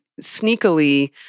sneakily